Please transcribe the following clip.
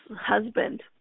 husband